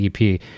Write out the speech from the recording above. EP